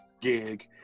gig